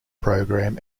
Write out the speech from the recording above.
program